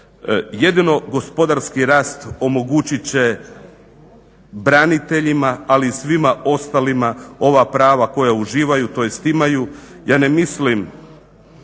Jedino gospodarski rast omogućit će braniteljima ali i svima ostalima ova prava koja uživaju, tj. imaju.